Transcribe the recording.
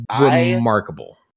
Remarkable